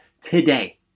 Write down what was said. today